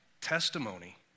testimony